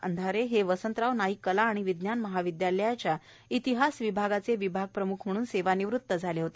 अंधारे हे वसंतराव नाईक कला आणि विज्ञान महाविद्यालयाच्या इतिहास विभागाचे विभाग प्रम्ख म्हणून सेवा निवृत झाले होते